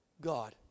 God